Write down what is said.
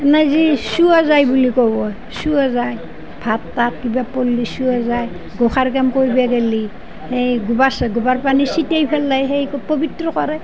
নাই যি চোৱা যায় বুলি ক'ব চোৱা যায় ভাত তাত এইবিলাক পৰিলে চোৱা যায় প্ৰসাৰ কাম কৰব গেলে এই গোবৰ গোবৰ পানী ছেটিয়াই পেলাই সেই পবিত্ৰ কৰে